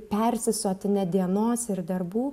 persisotinę dienos ir darbų